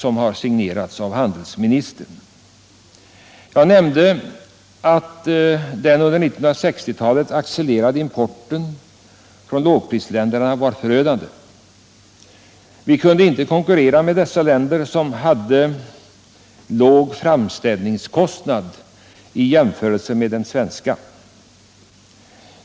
Jag nämnde att den under 1960-talet accelererade importen från lågprisländerna var förödande. Vi kunde inte konkurrera med dessa länders industrier, som hade en låg framställningskostnad i jämförelse med den svenska.